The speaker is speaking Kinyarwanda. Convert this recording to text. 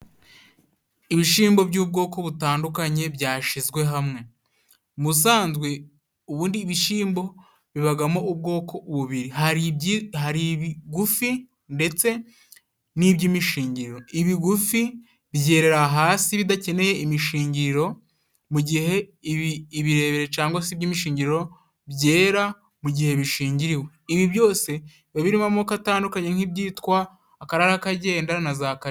ibishimbo by'ubwoko butandukanye byashizwe hamwe mu busanzwe ubundi ibishimbo bibagamo ubwoko bubiri hari ibigufi ndetse n'iby'imishingiriro ibigufi byerera hasi bidakeneye imishingiriro mu gihe ibirebire cyangwa se iby'imishingiro byera mu gihe bishingiriwe ibi byose biba birimo amoko atandukanye nk'ibyitwa akararakagendana na za ka